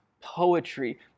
poetry